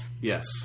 Yes